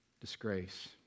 disgrace